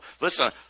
Listen